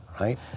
right